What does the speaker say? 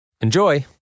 Enjoy